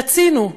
רצינו,